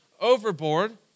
overboard